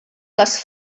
les